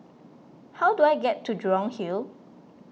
how do I get to Jurong Hill